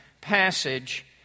passage